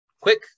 quick